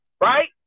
right